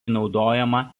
naudojama